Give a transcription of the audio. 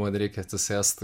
man reikia atsisėst